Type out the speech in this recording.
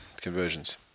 conversions